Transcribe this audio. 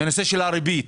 מהנושא של הריבית.